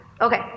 Okay